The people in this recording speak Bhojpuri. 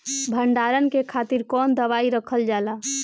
भंडारन के खातीर कौन दवाई रखल जाला?